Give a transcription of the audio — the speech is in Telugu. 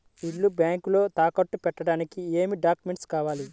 ఇల్లు బ్యాంకులో తాకట్టు పెట్టడానికి ఏమి డాక్యూమెంట్స్ కావాలి?